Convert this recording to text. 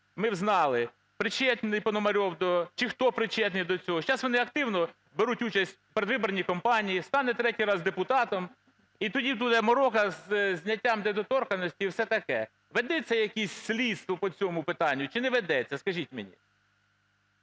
ми взнали, причетний Пономарьов до… чи хто причетний до цього? Сейчас вони активно беруть участь у передвиборчій кампанії. Стане третій раз депутатом і тоді буде морока із зняттям недоторканності і все таке. Ведеться якесь слідство по цьому питанню чи не ведеться, скажіть мені?